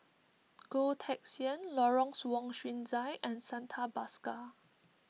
Goh Teck Sian Lawrence Wong Shyun Tsai and Santha Bhaskar